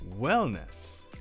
Wellness